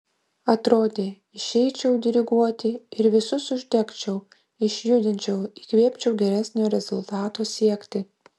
atrodė išeičiau diriguoti ir visus uždegčiau išjudinčiau įkvėpčiau geresnio rezultato siekti